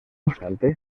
obstante